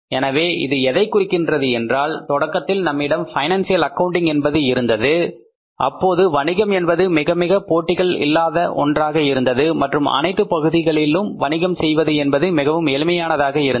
எனவே இது எதைக் குறிக்கின்றது என்றால் தொடக்கத்தில் நம்மிடம் பைனான்சியல் அக்கவுண்டிங் என்பது இருந்தது அப்போது வணிகம் என்பது மிகமிக போட்டிகள் இல்லாத ஒன்றாக இருந்தது மற்றும் அனைத்து பகுதிகளிலும் வணிகம் செய்வது என்பது மிகவும் எளிமையானதாக இருந்தது